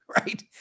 right